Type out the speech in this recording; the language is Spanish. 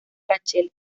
rachel